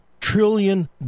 trillion